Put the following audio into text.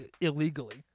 illegally